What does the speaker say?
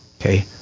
Okay